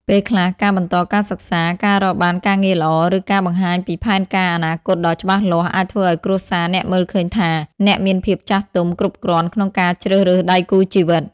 ពេលខ្លះ ការបន្តការសិក្សា ការរកបានការងារល្អ ឬការបង្ហាញពីផែនការអនាគតដ៏ច្បាស់លាស់ អាចធ្វើឲ្យគ្រួសារអ្នកមើលឃើញថា អ្នកមានភាពចាស់ទុំគ្រប់គ្រាន់ក្នុងការជ្រើសរើសដៃគូជីវិត។